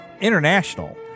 international